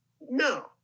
No